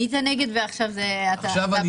היית נגד ועכשיו אתה בעד?